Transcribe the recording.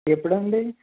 ఎప్పుడు అండి